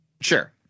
Sure